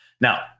Now-